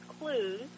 clues